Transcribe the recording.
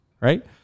Right